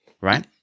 right